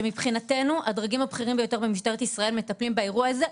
שמבחינתנו הדרגים הבכירים ביותר במשטרת ישראל מטפלים באירוע הזה,